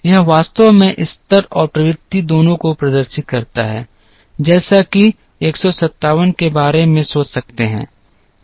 यह वास्तव में स्तर और प्रवृत्ति दोनों को प्रदर्शित करता है जैसा कि 157 के बारे में सोच सकते हैं